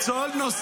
מה זה הצד שלנו?